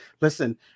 listen